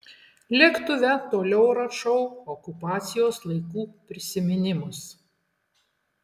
lėktuve toliau rašau okupacijos laikų prisiminimus